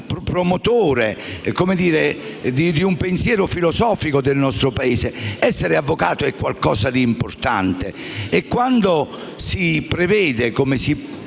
promotore di un pensiero filosofico nel nostro Paese. Essere avvocato è qualcosa di importante. Quando si prevede, come fa il